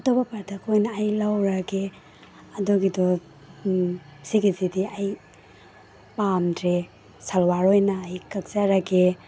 ꯑꯇꯣꯞꯄ ꯄ꯭ꯔꯗꯛ ꯑꯣꯏꯅ ꯑꯩ ꯂꯧꯔꯒꯦ ꯑꯗꯨꯒꯤꯗꯨ ꯁꯤꯒꯤꯁꯤꯗꯤ ꯑꯩ ꯄꯥꯝꯗ꯭ꯔꯦ ꯁꯜꯋꯥꯔ ꯑꯣꯏꯅ ꯑꯩ ꯀꯛꯆꯔꯒꯦ